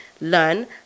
learn